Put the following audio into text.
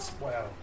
Wow